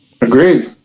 Agreed